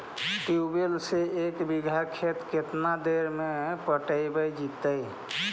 Tubewell से एक बिघा खेत केतना देर में पटैबए जितै?